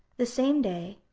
the same day,